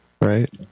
right